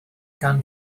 gan